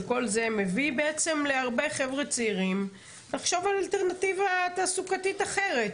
שכל זה מביא בעצם להרבה חבר'ה צעירים לחשוב על אלטרנטיבה תעסוקתית אחרת.